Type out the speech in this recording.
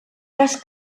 cas